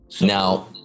Now